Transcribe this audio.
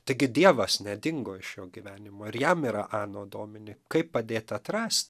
taigi dievas nedingo iš jo gyvenimo ir jam yra ano domini kaip padėti atras